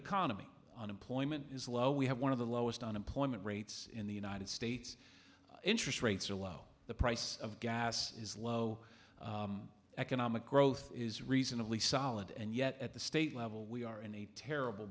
economy unemployment is low we have one of the lowest unemployment rates in the united states interest rates are low the price of gas is low economic growth is reasonably solid and yet at the state level we are in a terrible